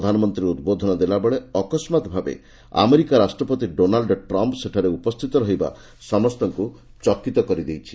ପ୍ରଧାନମନ୍ତ୍ରୀ ଉଦ୍ବୋଧନ ଦେଲାବେଳେ ଅକସ୍କାତ୍ ଭାବେ ଆମେରିକା ରାଷ୍ଟ୍ରପତି ଡୋନାଲ୍ଚ ଟ୍ରମ୍ପ୍ ସେଠାରେ ଉପସ୍ଥିତ ରହିବା ସମସ୍ତଙ୍କୁ ଚକିତ କରିଦେଇଛି